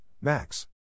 Max